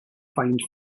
find